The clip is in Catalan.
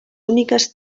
úniques